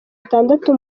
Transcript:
atandatu